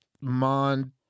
Mon